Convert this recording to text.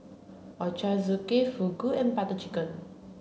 Ochazuke Fugu and Butter Chicken